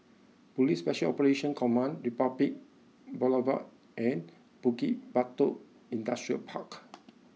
police Special Operations Command Republic Boulevard and Bukit Batok Industrial Park